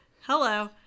Hello